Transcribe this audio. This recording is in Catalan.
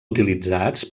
utilitzats